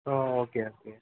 ah okay okay